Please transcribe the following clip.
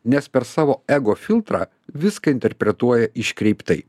nes per savo ego filtrą viską interpretuoja iškreiptai